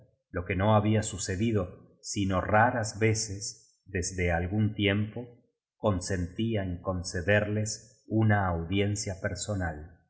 lo que no había sucedido sino raras veces desde algún tiempo consentía en concederles una audiencia personal